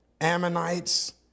Ammonites